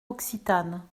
occitane